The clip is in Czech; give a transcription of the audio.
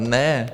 Ne.